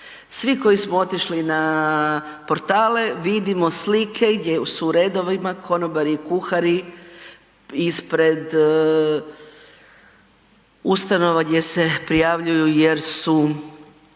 Svi koji smo otišli na portale vidimo slike gdje su u redovima konobari i kuhari ispred ustanova gdje se prijavljuju jer su